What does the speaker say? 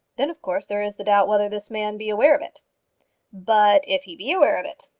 then of course, there is the doubt whether this man be aware of it but if he be aware of it?